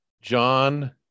John